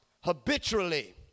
habitually